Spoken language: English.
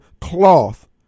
cloth